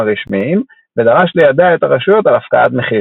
הרשמיים ודרש לידע את הרשויות על הפקעת מחירים.